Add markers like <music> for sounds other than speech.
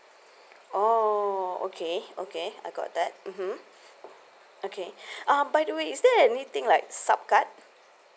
oh okay okay I got that mmhmm okay <breath> ah by the way is there anything like sub card